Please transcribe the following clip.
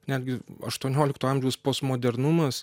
netgi aštuoniolikto amžiaus postmodernumas